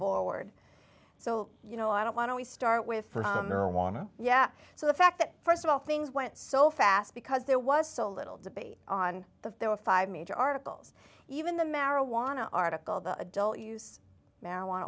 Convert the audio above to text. forward so you know i don't want to we start with i wanna yeah so the fact that st of all things went so fast because there was so little debate on the there were five major articles even the marijuana article the adult use marijuana